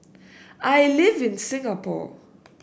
I live in Singapore